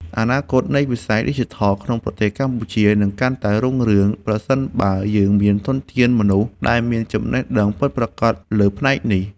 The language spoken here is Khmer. អនាគតនៃវិស័យឌីជីថលក្នុងប្រទេសកម្ពុជានឹងកាន់តែរុងរឿង ប្រសិនបើយើងមានធនធានមនុស្សដែលមានចំណេះដឹងពិតប្រាកដលើផ្នែកនេះ។